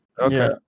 Okay